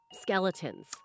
skeletons